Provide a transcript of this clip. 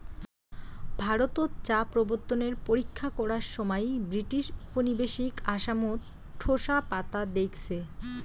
ভারতত চা প্রবর্তনের পরীক্ষা করার সমাই ব্রিটিশ উপনিবেশিক আসামত ঢোসা পাতা দেইখছে